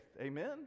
Amen